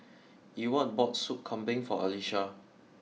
Ewart bought Sup Kambing for Alesha